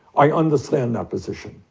i understand that position.